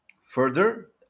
further